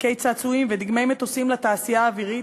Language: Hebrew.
חלקי צעצועים ודגמי מטוסים לתעשייה האווירית,